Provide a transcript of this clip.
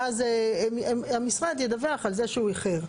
ואז המשרד ידווח על זה שהוא איחר.